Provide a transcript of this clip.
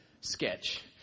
sketch